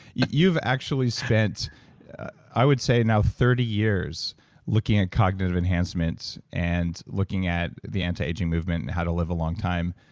you've actually spent i would say now, thirty years looking at cognitive enhancements, and looking at the anti-aging movement and how to live a long time.